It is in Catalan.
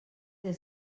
des